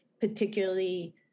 particularly